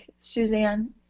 Suzanne